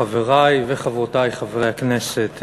חברי וחברותי חברי הכנסת,